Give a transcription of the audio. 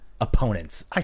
opponents